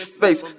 face